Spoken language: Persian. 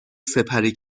سپری